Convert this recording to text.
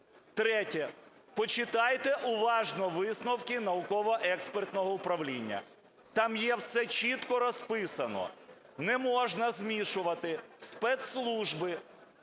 Третє. Почитайте уважно висновки науково-експертного управління, там є все чітко розписано. Не можна змішувати спецслужби,